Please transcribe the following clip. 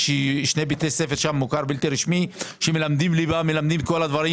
יש שני בתי ספר של המוכר הבלתי רשמי שמלמדים ליבה ואת כל הדברים.